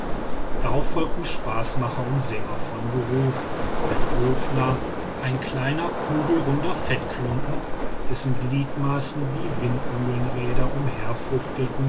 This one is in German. darauf folgten spaßmacher und sänger von beruf ein hofnarr ein kleiner kugelrunder fettklumpen dessen gliedmaßen wie windmühlenräder